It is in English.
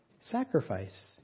sacrifice